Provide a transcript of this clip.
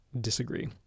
disagree